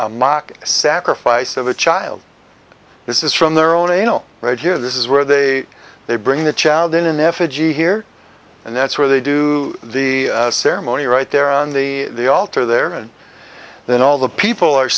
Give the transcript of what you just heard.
max mock sacrifice of a child this is from their own anal right here this is where they they bring the child in effigy here and that's where they do the ceremony right there on the altar there and then all the people are